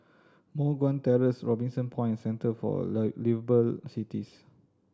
Moh Guan Terrace Robinson Point Centre for Liveable Cities